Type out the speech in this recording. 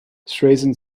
streisand